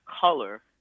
color